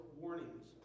warnings